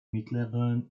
mittleren